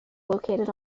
located